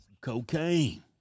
cocaine